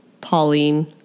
Pauline